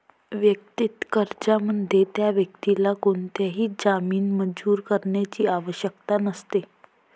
वैयक्तिक कर्जामध्ये, त्या व्यक्तीला कोणताही जामीन मंजूर करण्याची आवश्यकता नसते